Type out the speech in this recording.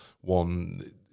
one